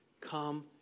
come